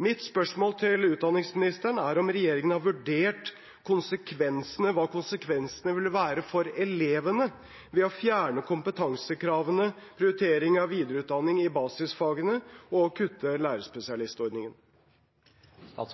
Mitt spørsmål til utdanningsministeren er: Har regjeringen vurdert hva konsekvensene vil være for elevene ved å fjerne kompetansekravene, prioritering av videreutdanning i basisfagene og å kutte lærerspesialistordningen? Jeg